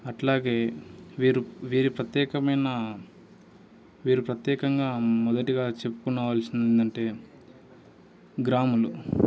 అట్లాగే వీరు వీరు ప్రత్యేకమైన వీరు ప్రత్యేకంగా మొదటిగా చెప్పుకొనవలసింది ఏందంటే గ్రాములు